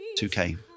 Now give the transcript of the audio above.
2K